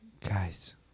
Guys